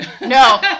No